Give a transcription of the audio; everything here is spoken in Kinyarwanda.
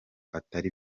atari